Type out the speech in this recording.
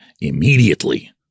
immediately